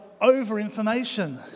over-information